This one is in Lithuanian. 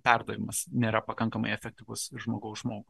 perdavimas nėra pakankamai efektyvus iš žmogaus žmogui